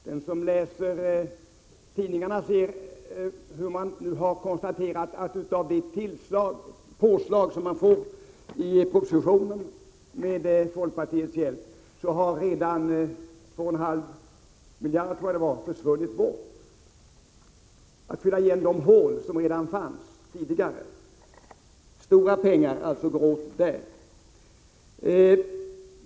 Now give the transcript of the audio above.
Den som läser tidningar finner att man nu har konstaterat att av det påslag enligt propositionen som försvaret nu får, med folkpartiets hjälp, har 2,5 miljarder redan försvunnit för att fylla igen de hål som fanns tidigare. Stora pengar går alltså åt till detta.